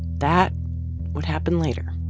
that would happen later.